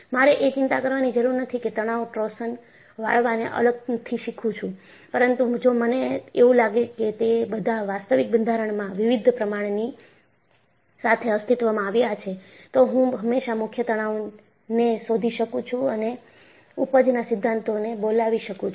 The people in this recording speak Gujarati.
મારે એ ચિંતા કરવાની જરૂર નથી કે હું તણાવ ટોર્શન વાળવાને અલગથી શીખું છું પરંતુ જો મને એવું લાગે કે તે બધા વાસ્તવિક બંધારણમાં વિવિધ પ્રમાણની સાથે અસ્તિત્વમાં આવ્યા છે તો હું હંમેશા મુખ્ય તણાવને શોધી શકું છું અને ઊપજ ના સિદ્ધાંતોને બોલાવી શકું છું